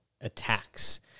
attacks